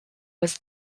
was